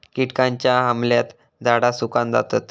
किटकांच्या हमल्यात झाडा सुकान जातत